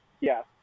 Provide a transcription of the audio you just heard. yes